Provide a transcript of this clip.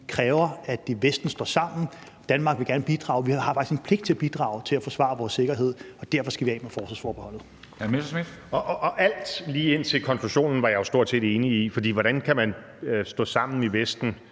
kræver, at Vesten står sammen. Danmark vil gerne bidrage – vi har faktisk en pligt til at bidrage til at forsvare vores sikkerhed, og derfor skal vi af med forsvarsforbeholdet. Kl. 13:11 Formanden (Henrik Dam Kristensen): Hr. Morten Messerschmidt.